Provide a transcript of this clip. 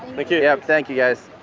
thank you. yeah thank you guys.